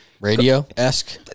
Radio-esque